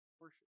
worship